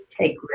take